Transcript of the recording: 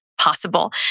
possible